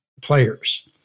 players